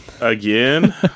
Again